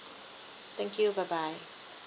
thank you bye bye